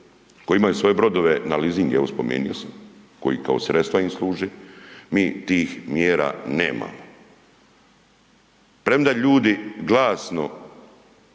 koji imaju svoje brodove na leasing, evo spomenio sam, koji kao sredstva im služe, mi tih mjera nemamo, premda ljudi glasno,